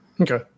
Okay